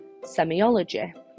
semiology